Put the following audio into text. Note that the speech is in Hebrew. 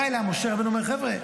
בא אליה משה רבנו ואומר: חבר'ה,